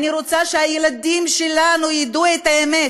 אני רוצה שהילדים שלנו ידעו את האמת,